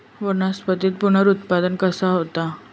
वनस्पतीत पुनरुत्पादन कसा होता?